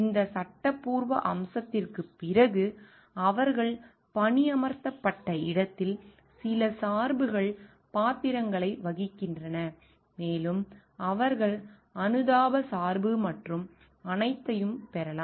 இந்தச் சட்டப்பூர்வ அம்சத்திற்குப் பிறகு அவர்கள் பணியமர்த்தப்பட்ட இடத்தில் சில சார்புகள் பாத்திரங்களை வகிக்கின்றன மேலும் அவர்கள் அனுதாபச் சார்பு மற்றும் அனைத்தையும் பெறலாம்